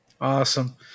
Awesome